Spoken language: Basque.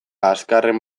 azkarren